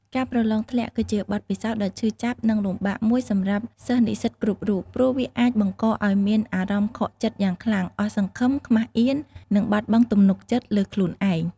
ការប្រឡងធ្លាក់ គឺជាបទពិសោធន៍ដ៏ឈឺចាប់ និងលំបាកមួយសម្រាប់សិស្សនិស្សិតគ្រប់រូប ព្រោះវាអាចបង្កឲ្យមានអារម្មណ៍ ខកចិត្តយ៉ាងខ្លាំង អស់សង្ឃឹម ខ្មាសអៀន និងបាត់បង់ទំនុកចិត្តលើខ្លួនឯង។